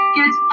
get